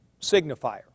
signifier